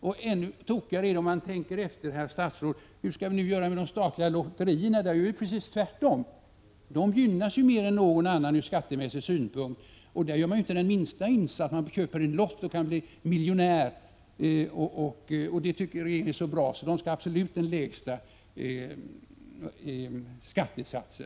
Ännu tokigare är det om man tänker efter, herr statsråd, med de statliga lotterierna. Hur skall man göra med dem? Där är det ju precis tvärtom. De gynnas mer än något annat ur skattemässig synpunkt. Där gör man inte den minsta arbetsinsats utan köper en lott och kan bli miljonär. Det tycker ni är så bra att de absolut skall ha den lägsta skattesatsen.